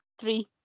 Three